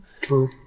true